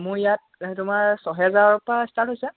মোৰ ইয়াত তোমাৰ ছহেজাৰৰ পৰা ষ্টাৰ্ট হৈছে